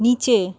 নিচে